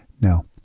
No